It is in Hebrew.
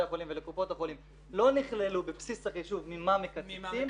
החולים ולקופות החולים לא נכללו בבסיס החישוב ממה מקצצים.